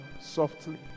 softly